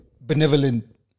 benevolent